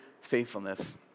faithfulness